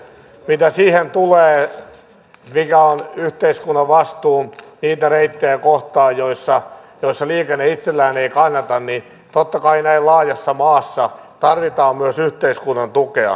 mitä siihen tulee mikä on yhteiskunnan vastuu niitä reittejä kohtaan joilla liikenne itsellään ei kannata niin totta kai näin laajassa maassa tarvitaan myös yhteiskunnan tukea